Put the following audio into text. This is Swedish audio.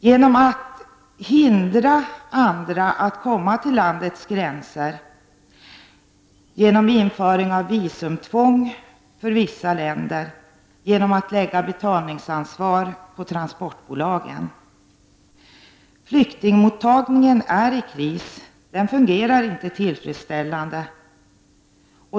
Andra hindrades att komma till landets gränser genom införande av visumtvång för vissa länder och genom att betalningsansvar lades på transportbolagen. Flyktingmottagningen är i kris. Den fungerar inte tillfredsställande.